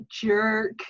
jerk